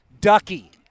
Ducky